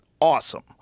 Awesome